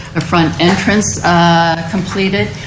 front entrance completed.